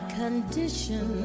condition